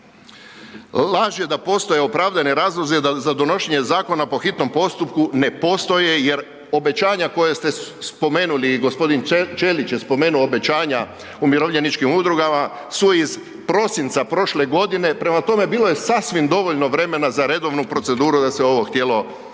Laž je da postoje opravdani razlozi za donošenje zakona po hitnom postupku ne postoje jer obećanja koja ste spomenuli i gospodin Ćelić je spomenuo obećanja umirovljeničkim udrugama su iz prosinca prošle godine. Prema tome, bilo je sasvim dovoljno vremena za redovnu proceduru da se ovo htjelo napraviti.